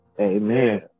amen